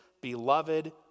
beloved